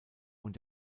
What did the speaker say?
und